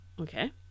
Okay